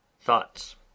Thoughts